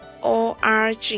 org